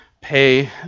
pay